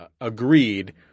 agreed